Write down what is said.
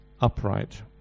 upright